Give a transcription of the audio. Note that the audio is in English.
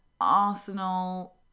Arsenal